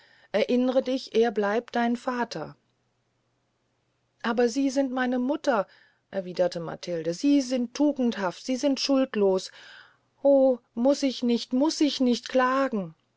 erinnere dich er bleibt dein vater aber sie sind meine mutter erwiederte lebhaft matilde und sie sind tugendhaft sie sind schuldlos o muß ich nicht muß ich nicht klagen